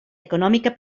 econòmica